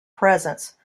presence